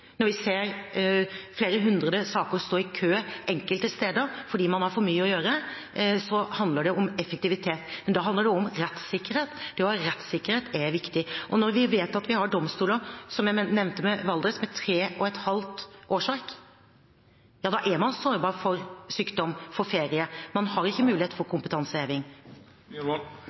Når vi ser flere hundre saker stå i kø enkelte steder fordi man har for mye å gjøre, handler det om effektivitet. Men det handler også om rettssikkerhet. Rettssikkerhet er viktig. Når vi vet at vi har domstoler, som jeg nevnte, som Valdres, med tre og et halvt årsverk, er man sårbar for sykdom og for ferie. Man har ikke mulighet for